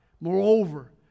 Moreover